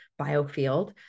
biofield